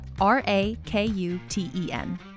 R-A-K-U-T-E-N